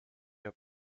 der